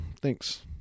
Thanks